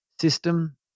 system